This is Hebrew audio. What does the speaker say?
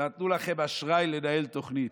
נתנו לכם אשראי לנהל תוכנית.